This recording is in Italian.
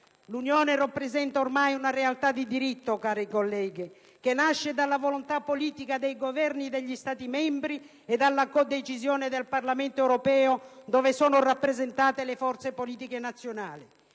L'Unione rappresenta ormai una realtà di diritto, cari colleghi, che nasce dalla volontà politica dei Governi degli Stati membri e dalla codecisione del Parlamento europeo, dove sono rappresentate le forze politiche nazionali: